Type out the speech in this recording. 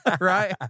right